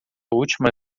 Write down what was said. última